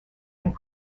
and